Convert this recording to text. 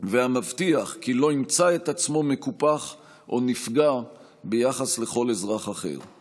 והמבטיח כי לא ימצא את עצמו מקופח או נפגע ביחס לכל אזרח אחר.